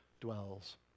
dwells